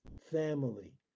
family